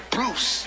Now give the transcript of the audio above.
Bruce